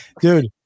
dude